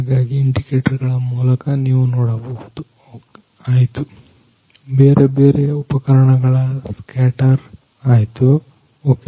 ಹಾಗಾಗಿ ಇಂಡಿಕೇಟರ್ ಗಳ ಮೂಲಕ ನೀವು ನೋಡಬಹುದು ಆಯ್ತು ಬೇರೆ ಬೇರೆ ಉಪಕರಣಗಳ ಸ್ಕ್ಯಾಟರ್ ಆಯ್ತು ಓಕೆ